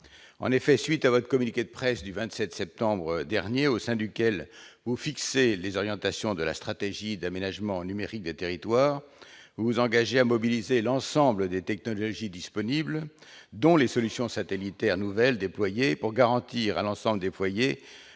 En effet, à la suite de votre communiqué de presse du 27 septembre dernier, dans lequel vous avez fixé les orientations de la stratégie d'aménagement numérique des territoires, vous vous engagez à mobiliser l'ensemble des technologies disponibles, dont les solutions satellitaires nouvelles déployées, pour garantir à l'ensemble des foyers